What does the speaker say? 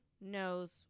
knows